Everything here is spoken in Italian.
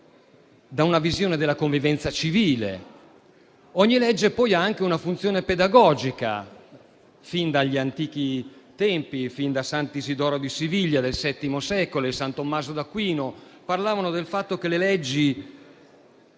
da una visione della convivenza civile. Ogni legge, poi, ha anche una funzione pedagogica. Fin dagli antichi tempi, sant'Isidoro di Siviglia nel Settimo secolo e san Tommaso d'Aquino parlavano del fatto che le leggi